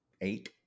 eight